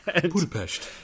Budapest